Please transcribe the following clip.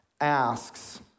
asks